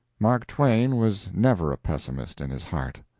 mark twain was never a pessimist in his heart.